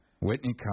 Whitney